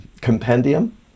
compendium